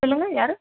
சொல்லுங்கள் யார்